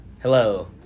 Hello